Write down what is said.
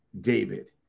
David